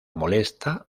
molesta